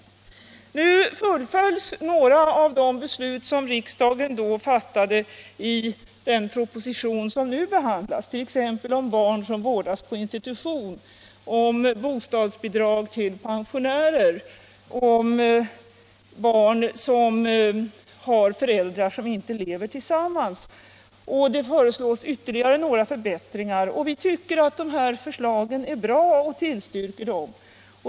I år fullföljs några av de beslut, som riksdagen fattade, i den proposition som nu behandlas, t.ex. om barn som vårdas på institution, om bostadsbidrag till pensionärer, om barn som har föräldrar som inte lever tillsammans. Dessutom föreslås ytterligare några förbättringar. Vi tycker att dessa förslag är bra och vi tillstyrker dem.